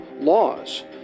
laws